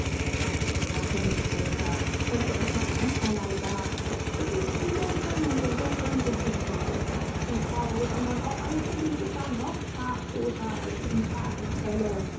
werte mitbürger ich könnte euch noch mancherlei sagen doch es beginnt zu dunkeln und im dunkeln sind nicht nur alle katzen grau sondern auch alle politiker noch farbloser als in tageshelle